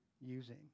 using